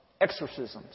exorcisms